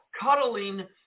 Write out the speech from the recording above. cuddling